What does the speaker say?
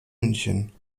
münchen